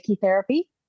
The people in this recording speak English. therapy